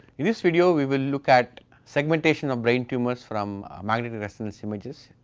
in this video we will look at segmentation of brain tumours from magnetic resonance images,